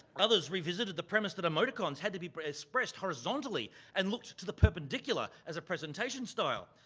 others revisited the premise that emoticons had to be but expressed horizontally, and looked to the perpendicular as a presentation style.